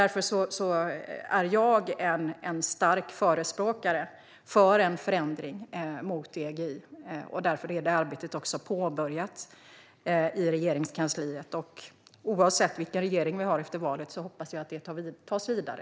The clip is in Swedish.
Därför är jag en stark förespråkare för en förändring mot EGI. Därför är det arbetet påbörjat i Regeringskansliet. Och oavsett vilken regering vi har efter valet hoppas jag att det tas vidare.